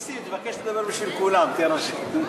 נסים, תבקש לדבר בשם כולם, בבקשה.